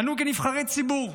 אנו, כנבחרי ציבור,